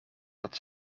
dat